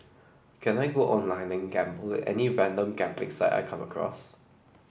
can I go online and gamble at any random gambling site I come across